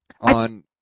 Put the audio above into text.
on